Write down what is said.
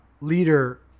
leader